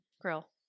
grill